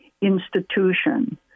Institution